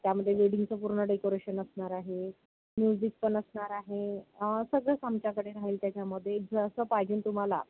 त्यामध्ये वेडिंगचं पूर्ण डेकोरेशन असणार आहे म्युझिक पण असणार आहे सगळंच आमच्याकडे राहील त्याच्यामध्ये जसं पायजेन तुम्हाला